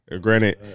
Granted